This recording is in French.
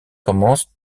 commencent